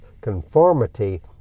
conformity